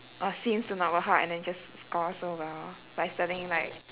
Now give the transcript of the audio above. or seems to not work hard and then just score so well by studying like